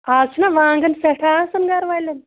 آز چھُنا وانٛگَن سٮ۪ٹھاہ آسَان گرٕ والٮ۪ن